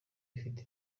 bifite